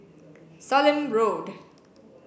Sallim Road